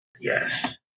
Yes